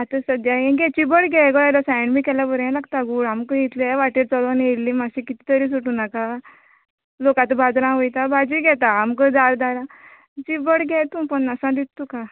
आतां सध्या हे घे चिबड घे गसायन बी केल्यार बरे लागता गोड आमकां इतल्या वाटेक चलोन येल्ली मातशी कित तरी सुटू नाका लोक आता बाजरान वयता भाजी घेता आमकां जाल जाणा चीबड घे तूं पन्नासा दिता तुका